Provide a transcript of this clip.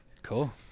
Cool